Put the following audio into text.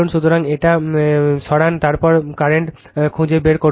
সুতরাং ইটা সরান তারপর কারেন্ট I খুঁজে বের করুন